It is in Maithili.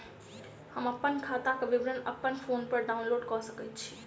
हम अप्पन खाताक विवरण अप्पन फोन पर डाउनलोड कऽ सकैत छी?